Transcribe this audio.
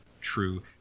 true